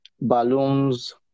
balloons